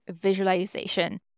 visualization